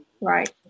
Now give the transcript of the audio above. Right